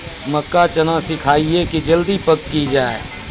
मक्का चना सिखाइए कि जल्दी पक की जय?